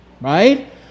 Right